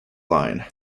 line